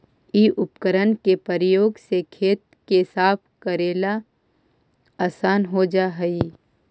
इ उपकरण के प्रयोग से खेत के साफ कऽरेला असान हो जा हई